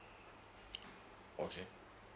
okay